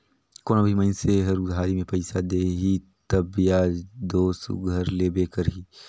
कोनो भी मइनसे हर उधारी में पइसा देही तब बियाज दो सुग्घर लेबे करही